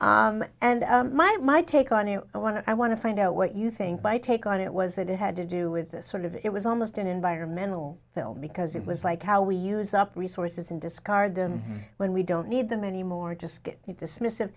say and my my take on it i want to i want to find out what you think my take on it was that it had to do with this sort of it was almost an environmental film because it was like how we use up resources and discard them when we don't need them anymore just get dismiss